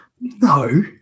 no